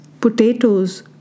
potatoes